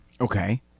Okay